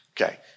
Okay